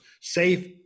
safe